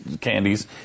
candies